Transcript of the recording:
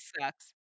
sucks